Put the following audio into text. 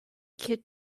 kit